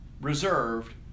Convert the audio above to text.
reserved